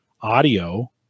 audio